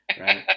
Right